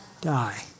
die